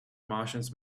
martians